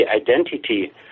identity